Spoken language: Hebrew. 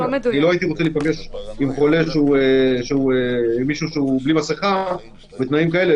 לא הייתי רוצה להיפגש עם מישהו בלי מסכה בתנאים כאלה.